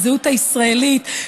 בזהות הישראלית,